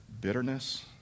bitterness